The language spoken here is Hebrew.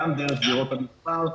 גם דרך זירות המסחר.